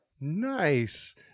Nice